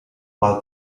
qual